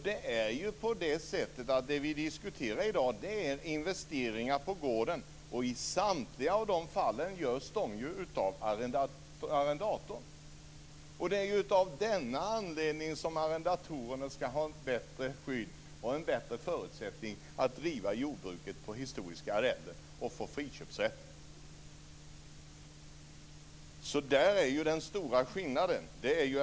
Det vi diskuterar i dag är investeringar på gården, och i samtliga av de fallen görs de ju av arrendatorn. Det är av denna anledning som arrendatorerna skall ha ett bättre skydd och bättre förutsättningar att driva jordbruk på historiska arrenden och få friköpsrätt. Där är den stora skillnaden.